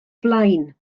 blaen